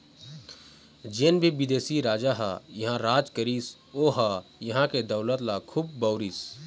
जेन भी बिदेशी राजा ह इहां राज करिस ओ ह इहां के दउलत ल खुब बउरिस